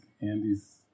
Andy's